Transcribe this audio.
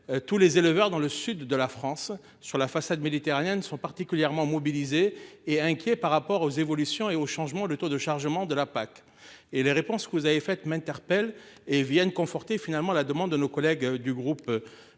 tous les éleveurs dans le sud de la France sur la façade méditerranéenne sont particulièrement mobilisés et inquiet par rapport aux évolutions et aux changements de taux de chargement de la PAC et les réponses que vous avez fait m'interpelle et viennent conforter finalement à la demande de nos collègues du groupe.